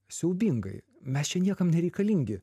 siaubingai mes čia niekam nereikalingi